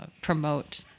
promote